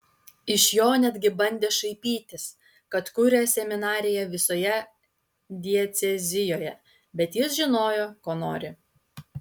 iš jo netgi bandė šaipytis kad kuria seminariją visoje diecezijoje bet jis žinojo ko nori